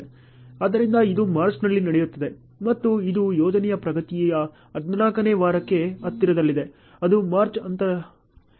ಆದ್ದರಿಂದ ಇದು ಮಾರ್ಚ್ನಲ್ಲಿ ನಡೆಯುತ್ತಿದೆ ಮತ್ತು ಇದು ಯೋಜನೆಯ ಪ್ರಗತಿಯ 14 ನೇ ವಾರಕ್ಕೆ ಹತ್ತಿರದಲ್ಲಿದೆ ಅದು ಮಾರ್ಚ್ ಅಂತ್ಯದವರೆಗೆ ಇರಲಿದೆ